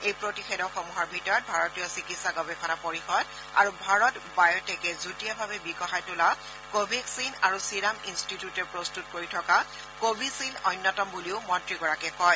এই প্ৰতিষেধকসমূহৰ ভিতৰত ভাৰতীয় চিকিৎসা গৱেষণা পৰিষদ আৰু ভাৰত বায়টেকে যুটীয়াভাৱে বিকশাই তোলা কোভেগ্গিন আৰু চিৰাম ইলষ্টিটিউটে প্ৰস্তত কৰি থকা কোভিচিল্ড অন্যতম বুলিও মন্ত্ৰীগৰাকীয়ে কয়